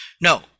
No